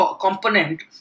component